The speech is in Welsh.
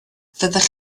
fyddech